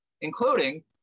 including